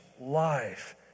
life